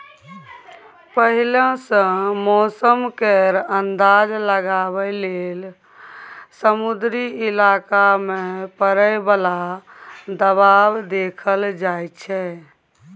पहिले सँ मौसम केर अंदाज लगाबइ लेल समुद्री इलाका मे परय बला दबाव देखल जाइ छै